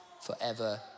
forever